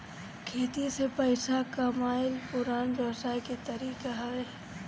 खेती से पइसा कमाइल पुरान व्यवसाय के तरीका हवे